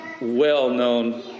Well-known